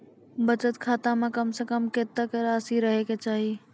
बचत खाता म कम से कम कत्तेक रासि रहे के चाहि?